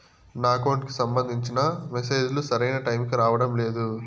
నా అకౌంట్ కి సంబంధించిన మెసేజ్ లు సరైన టైముకి రావడం లేదు